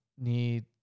need